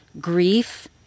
grief